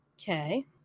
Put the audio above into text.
okay